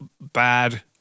bad